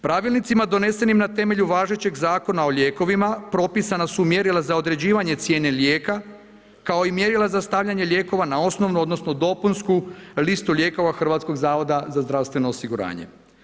Pravilnicima donesenim na temelju važećeg Zakona o lijekovima propisana su mjerila za određivanje cijene lijeka kao i mjerila za stavljanje lijekova na osnovnu odnosno dopunsku listu lijekova HZZO-a za zdravstveno osiguranje.